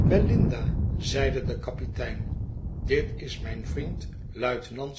belinda i zeide de kapitein dit is mijn vriend luitenant